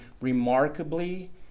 remarkably